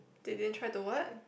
they didn't try to what